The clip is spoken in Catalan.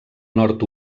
nord